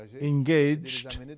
engaged